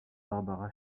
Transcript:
barbara